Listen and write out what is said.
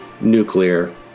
nuclear